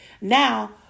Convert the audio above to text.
now